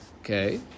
Okay